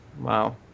Wow